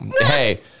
Hey